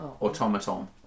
automaton